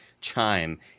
Chime